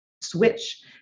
switch